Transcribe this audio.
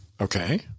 Okay